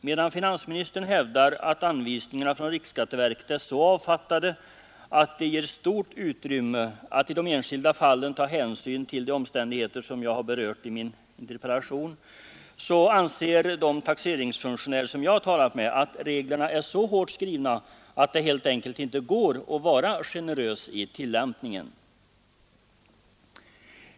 Medan finansministern hävdar att anvisningarna från riksskatteverket är så avfattade att de ger stort utrymme för att i de enskilda fallen ta hänsyn till de omständigheter som jag berört i min interpellation, så anser de taxeringsfunktionärer jag har talat med att reglerna är så hårt skrivna att det helt enkelt inte går att vara generös i tillämpningen.